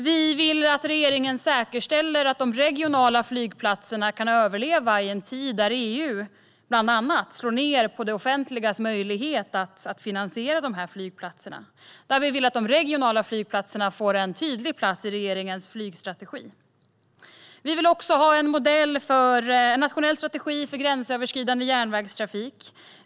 Vi vill att regeringen säkerställer att de regionala flygplatserna kan överleva i en tid då bland annat EU slår ned på det offentligas möjlighet att finansiera dessa flygplatser. Vi vill att de regionala flygplatserna får en tydlig plats i regeringens flygstrategi. Vi vill också ha en nationell strategi för gränsöverskridande järnvägstrafik.